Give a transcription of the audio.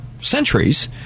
centuries